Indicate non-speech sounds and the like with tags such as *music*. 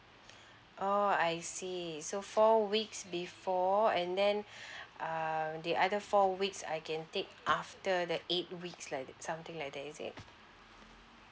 orh I see so four weeks before and then *breath* err the other four weeks I can take after the eight weeks like that something like that is it